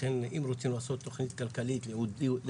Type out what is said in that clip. לכן, אם רוצים לעשות תכנית כלכלית לעידוד